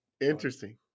interesting